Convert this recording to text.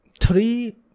three